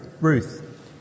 Ruth